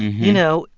you know,